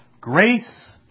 grace